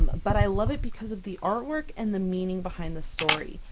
but i love it because of the artwork and the meaning behind the story.